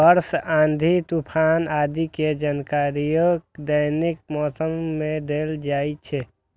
वर्षा, आंधी, तूफान आदि के जानकारियो दैनिक मौसम मे देल जाइ छै